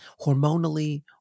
hormonally